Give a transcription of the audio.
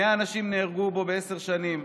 100 אנשים נהרגו בו בעשר שנים,